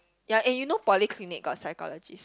ya and you know polyclinic got psychologist